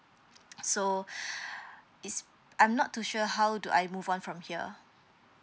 so it's I'm not too sure how do I move on from here